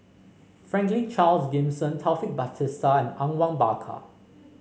Franklin Charles Gimson Taufik Batisah and Awang Bakar